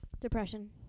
depression